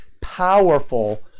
powerful